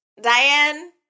Diane